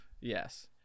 Yes